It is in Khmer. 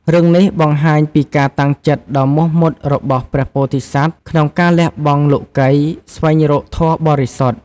រឿងនេះបង្ហាញពីការតាំងចិត្តដ៏មោះមុតរបស់ព្រះពោធិសត្វក្នុងការលះបង់លោកិយ ស្វែងរកធម៌បរិសុទ្ធ។